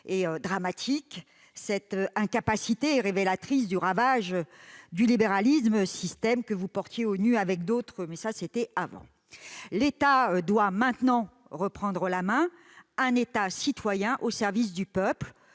est dramatique. Cette incapacité est révélatrice du ravage du libéralisme, système que vous portiez aux nues avec d'autres- mais ça, c'était avant ... L'État doit maintenant reprendre la main, un État citoyen au service du peuple.